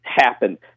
happen